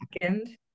second